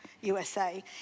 USA